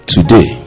Today